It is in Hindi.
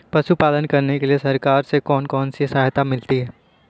पशु पालन करने के लिए सरकार से कौन कौन सी सहायता मिलती है